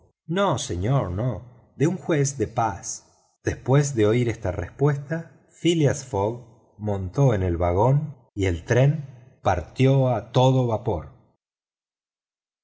no señor de un juez de paz después de oír esta espuesta phileas fogg montó en el vagón y el tren partió a todo vapor